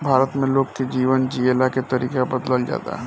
भारत में लोग के जीवन जियला के तरीका बदलल जाला